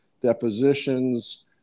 depositions